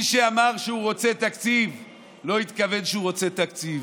מי שאמר שהוא רוצה תקציב לא התכוון שהוא רוצה תקציב.